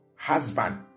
Husband